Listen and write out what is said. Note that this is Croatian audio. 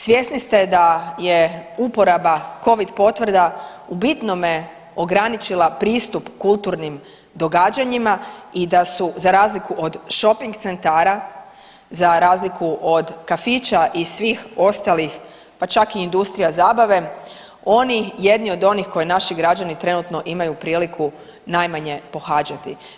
Svjesni ste da je uporaba covid potvrda u bitnome ograničila pristup kulturnim događanjima i da su za razliku od šoping centara, za razliku od kafića i svih ostalih, pa čak i industrija zabave, oni jedni od onih koji naši građani trenutno imaju priliku najmanje pohađati.